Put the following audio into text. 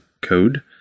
code